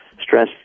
stress